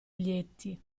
lieti